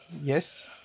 Yes